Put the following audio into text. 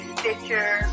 Stitcher